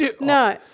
No